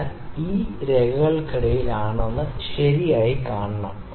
അതിനാൽ ഇത് രേഖകൾക്കിടയിൽ ആണെന്ന് ശരിയായി കാണണം